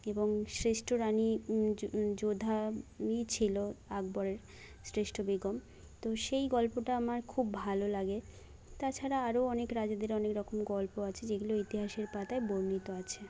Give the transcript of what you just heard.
এবং শ্রেষ্ঠ রানি যোধাই ছিলো আকবর শ্রেষ্ঠ বেগম তো সেই গল্পটা আমার খুব ভালো লাগে তাছাড়া আরও অনেক রাজাদের অনেক রকম গল্প আছে যেগুলো ইতিহাসের পাতায় বর্ণিত আছে